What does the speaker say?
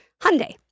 Hyundai